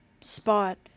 spot